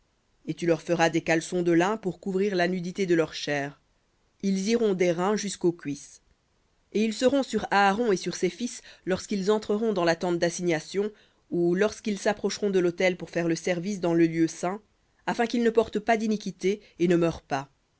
et tu leur feras des caleçons de lin pour couvrir la nudité de leur chair ils iront des reins jusqu'aux cuisses et ils seront sur aaron et sur ses fils lorsqu'ils entreront dans la tente d'assignation ou lorsqu'ils s'approcheront de l'autel pour faire le service dans le lieu saint afin qu'ils ne portent pas d'iniquité et ne meurent pas